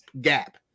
gap